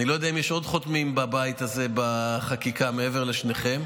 אני לא יודע אם יש עוד חותמים בבית הזה בחקיקה מעבר לשניכם,